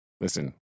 listen